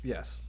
Yes